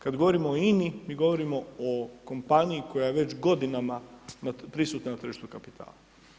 Kad govorimo o INA-i, mi govorimo o kompaniji koja je već godinama prisutna na tržištu kapitala.